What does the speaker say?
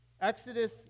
Exodus